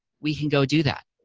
we can go do that.